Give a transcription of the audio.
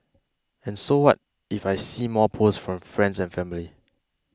and so what if I see more posts from friends and family